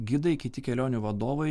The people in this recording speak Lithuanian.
gidai kiti kelionių vadovai